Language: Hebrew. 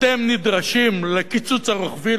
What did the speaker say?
אתם נדרשים לקיצוץ הרוחבי,